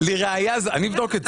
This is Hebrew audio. אני אבדוק את זה.